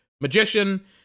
magician